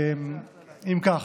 אם כך,